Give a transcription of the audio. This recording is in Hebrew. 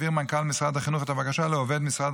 יעביר מנכ"ל משרד החינוך את הבקשה לעובד משרד